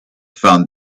found